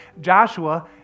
Joshua